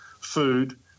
Food